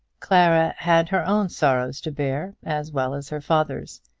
clara had her own sorrows to bear as well as her father's,